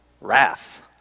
wrath